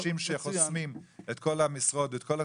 אנשים שחוסמים את כל המשרות, את כל התפקידים,